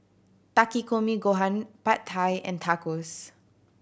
Takikomi Gohan Pad Thai and Tacos